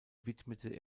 widmete